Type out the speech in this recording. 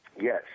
Yes